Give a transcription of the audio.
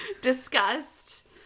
Disgust